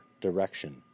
direction